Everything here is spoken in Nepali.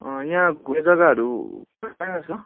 यहाँ घुम्ने जग्गाहरू कहाँ कहाँ छ